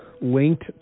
linked